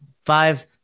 five